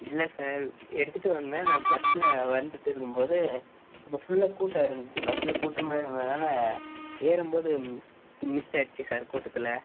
இல்லை சார் எடுத்துகிட்டு வந்தேன் நான் பஸ்ஸில் வந்துட்டு இருக்கும்போது அப்போ ஃபுல்லாக கூட்டம் இருந்துச்சு பஸ்ஸில் கூட்டமாக இருந்ததால் ஏறும்போது மிஸ் ஆகிடிச்சி சார் கூட்டத்தில்